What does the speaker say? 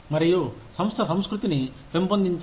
మరియు సంస్థ సంస్కృతిని పెంపొందించడం